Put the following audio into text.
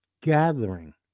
gathering